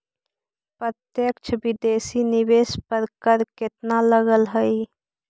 प्रत्यक्ष विदेशी निवेश पर कर केतना लगऽ हइ?